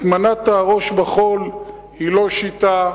הטמנת הראש בחול היא לא שיטה.